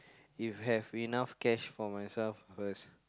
if have enough cash for myself first